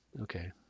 Okay